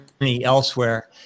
elsewhere